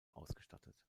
ausgestattet